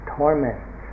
torment